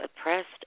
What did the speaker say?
oppressed